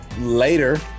Later